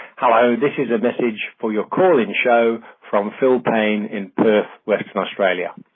hello. this is a message for your call in show from phil payne in perth, western australia,